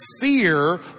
fear